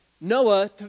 Noah